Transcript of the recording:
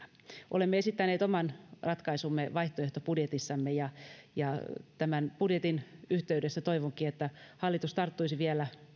olemme esittäneet oman ratkaisumme vaihtoehtobudjetissamme ja toivonkin että tämän budjetin yhteydessä hallitus tarttuisi vielä